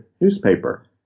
newspaper